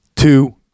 Two